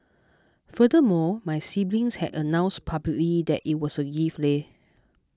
furthermore my siblings had announced publicly that it was a gift leh